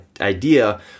idea